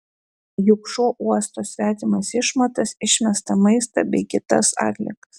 juk šuo uosto svetimas išmatas išmestą maistą bei kitas atliekas